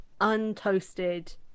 untoasted